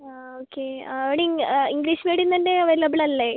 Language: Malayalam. അ ഓക്കേ അവിടെ ഇംഗ്ലീഷ് മീഡിയം തന്നെ അവൈലബിൾ അല്ലേ